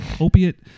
opiate